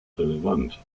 relevant